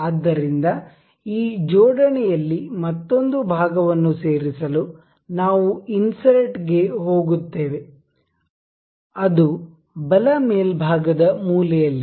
ಆದ್ದರಿಂದ ಈ ಜೋಡಣೆಯಲ್ಲಿ ಮತ್ತೊಂದು ಭಾಗವನ್ನು ಸೇರಿಸಲು ನಾವು ಇನ್ಸರ್ಟ್ ಗೆ ಹೋಗುತ್ತೇವೆ ಅದು ಬಲ ಮೇಲ್ಭಾಗದ ಮೂಲೆಯಲ್ಲಿದೆ